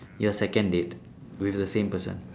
your second date with the same person